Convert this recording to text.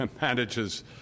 manages